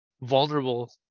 vulnerable